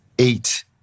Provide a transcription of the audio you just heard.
eight